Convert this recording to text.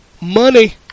Money